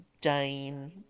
Dane